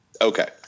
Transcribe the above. Okay